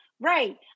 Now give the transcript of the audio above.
Right